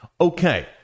Okay